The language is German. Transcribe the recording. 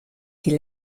die